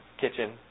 kitchen